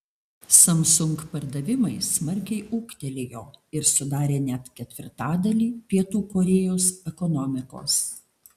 samsung pardavimai smarkiai ūgtelėjo ir sudarė net ketvirtadalį pietų korėjos ekonomikos